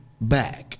back